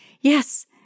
Yes